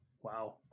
Wow